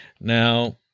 Now